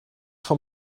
vom